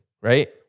right